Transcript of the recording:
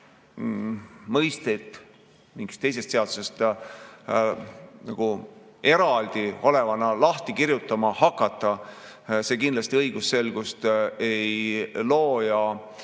mõisteid mingist teisest seadusest eraldiolevana lahti kirjutama hakata. See kindlasti õigusselgust ei loo. Ka